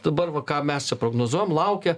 dabar va ką mes čia prognozuojam laukia